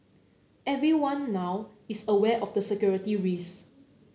everyone now is aware of the security